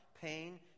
pain